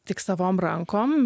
tik savom rankom